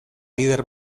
lider